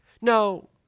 No